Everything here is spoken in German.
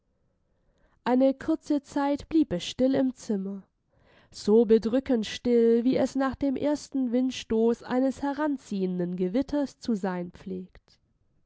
eine kurze zeit blieb es still im zimmer so bedrückend still wie es nach dem ersten windstoß eines heranziehenden gewitters zu sein pflegt